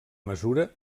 mesura